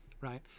right